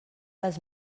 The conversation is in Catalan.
les